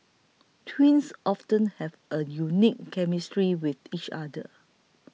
twins often have a unique chemistry with each other